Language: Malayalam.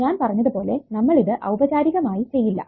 ഞാൻ പറഞ്ഞത് പോലെ നമ്മൾ ഇത് ഔപചാരികമായി ചെയ്യില്ല